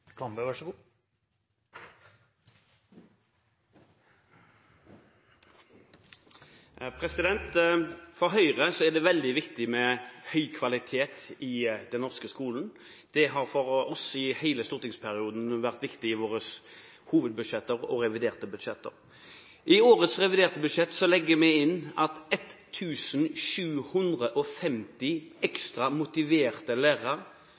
det veldig viktig med høy kvalitet i den norske skolen. Det har vært viktig for oss i våre hovedbudsjett og reviderte budsjett i hele stortingsperioden. I årets reviderte budsjett legger vi inn at 1 750 ekstra motiverte lærere